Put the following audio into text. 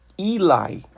Eli